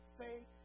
faith